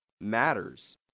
matters